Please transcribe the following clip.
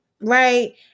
Right